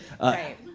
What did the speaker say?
Right